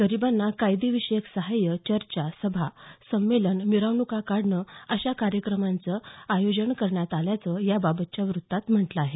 गरिबांना कायदेविषयक सहाय्य चर्चा सभा संमेलन मिखणुका काढणे अशा कार्यक्रमांचं आयोजन करण्यात आल्याचं याबाबतच्या व्रत्तात म्हटलं आहे